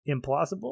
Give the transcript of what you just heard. implausible